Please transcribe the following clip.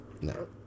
No